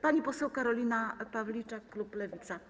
Pani poseł Karolina Pawliczak, klub Lewica.